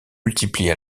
multiplient